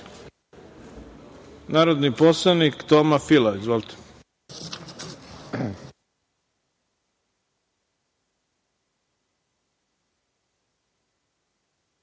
narodni poslanik Toma Fila. Izvolite.